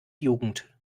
jugend